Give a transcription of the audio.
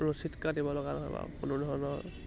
ৰচিদ card দিব লগা নহয় বা কোনো ধৰণৰ